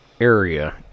area